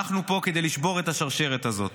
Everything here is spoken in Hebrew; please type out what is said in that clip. אנחנו פה כדי לשבור את השרשרת הזאת.